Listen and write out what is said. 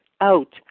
out